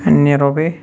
Nairobi